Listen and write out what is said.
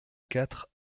quatre